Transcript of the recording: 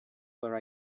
where